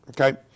okay